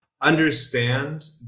understand